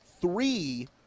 three